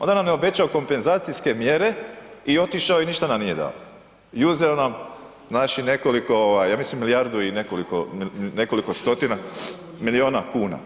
On nam je obećao kompenzacijske mjere i otišao je i ništa nam nije dao i uzeo nam znači nekoliko, ja mislim milijardu i nekoliko stotina milijuna kuna.